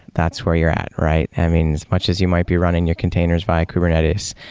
that's where you're at, right? i mean, much as you might be running your containers by kubernetes,